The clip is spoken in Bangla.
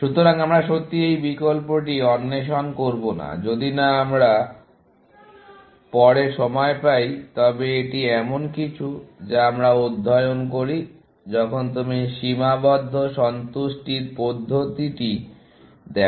সুতরাং আমরা সত্যি এই বিকল্পটি অন্বেষণ করব না যদি না আমরা পরে সময় পাই তবে এটি এমন কিছু যা আমরা অধ্যয়ন করি যখন তুমি সীমাবদ্ধ সন্তুষ্টির পদ্ধতিটি দেখো